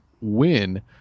win